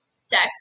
sex